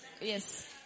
Yes